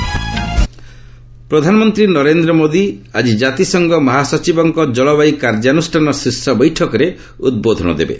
PM UN ପ୍ରଧାନମନ୍ତ୍ରୀ ନରେନ୍ଦ୍ର ମୋଦୀ ଆଜି ଜାତିସଂଘ ମହାସଚିବଙ୍କ ଜଳବାୟୁ କାର୍ଯ୍ୟାନୁଷ୍ଠାନ ଶୀର୍ଷ ବୈଠକରେ ଉଦ୍ବୋଧନ ଦେବେ